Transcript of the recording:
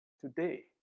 today